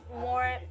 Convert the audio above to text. more